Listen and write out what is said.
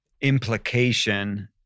implication